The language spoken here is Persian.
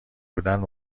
بودند